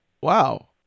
Wow